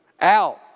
out